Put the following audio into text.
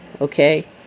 okay